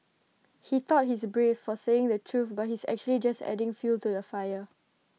he thought he's brave for saying the truth but he's actually just adding fuel to the fire